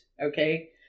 Okay